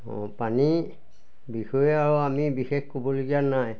অঁ পানী বিষয়ে আৰু আমি বিশেষ ক'বলগীয়া নাই